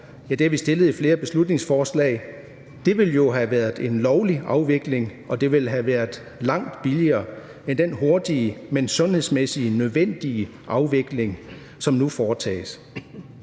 over 5 år i flere beslutningsforslag, og det ville jo have været en lovlig afvikling, og det ville have været langt billigere end den hurtige, men sundhedsmæssigt nødvendige afvikling, som nu foretages.